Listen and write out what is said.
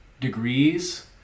degrees